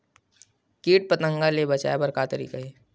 कीट पंतगा ले बचाय बर का तरीका हे?